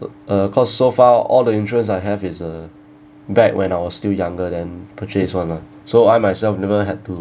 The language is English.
uh uh because so far all the interest I have is uh back when I was still younger then purchase [one] lah so I myself never had to